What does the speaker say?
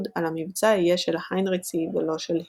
על המבצע יהיה של היינריצי ולא של הימלר.